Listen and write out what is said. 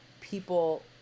people